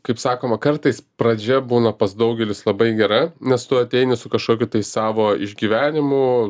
kaip sakoma kartais pradžia būna pas daugelius labai gera nes tu ateini su kažkokiu tai savo išgyvenimų